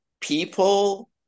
people